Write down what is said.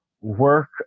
work